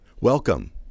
Welcome